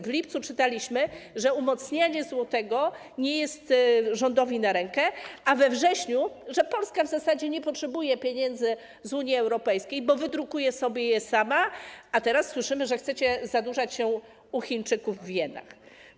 W lipcu czytaliśmy, że umacnianie złotego nie jest rządowi na rękę, a we wrześniu, że Polska w zasadzie nie potrzebuje pieniędzy z Unii Europejskiej, bo wydrukuje sobie je sama, a teraz słyszymy, że chcecie zadłużać się u Chińczyków w jenach.